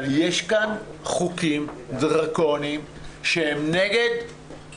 אבל יש כאן חוקים דרקוניים שהם נגד